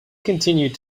continued